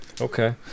Okay